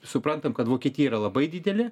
suprantam kad vokietija yra labai didelė